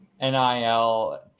NIL